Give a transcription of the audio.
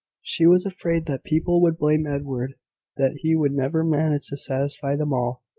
she was afraid that people would blame edward that he would never manage to satisfy them all.